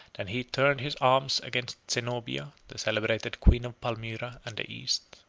than he turned his arms against zenobia, the celebrated queen of palmyra and the east.